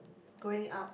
going out